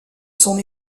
son